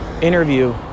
interview